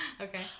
Okay